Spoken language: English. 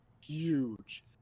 huge